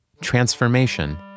transformation